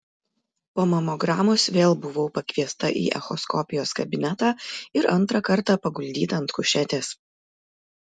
po mamogramos vėl buvau pakviesta į echoskopijos kabinetą ir antrą kartą paguldyta ant kušetės